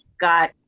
got